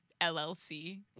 LLC